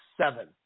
seven